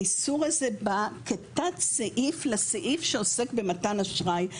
האיסור הזה בא כתת סעיף לסעיף שעוסק במתן אשראי,